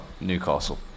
Newcastle